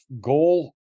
Goal